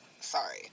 sorry